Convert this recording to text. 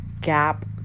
gap